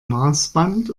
maßband